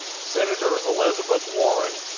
senator elizabeth warren.